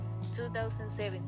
2007